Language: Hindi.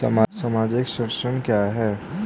सामाजिक संरक्षण क्या है?